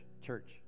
church